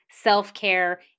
self-care